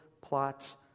plots